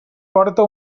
porta